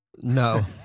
No